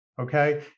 Okay